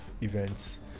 events